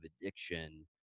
addiction